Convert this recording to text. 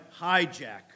hijack